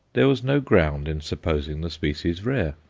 there was no ground in supposing the species rare.